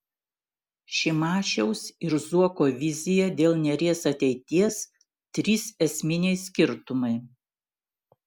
šimašiaus ir zuoko vizija dėl neries ateities trys esminiai skirtumai